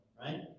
right